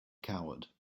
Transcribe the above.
coward